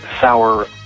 sour